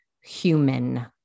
human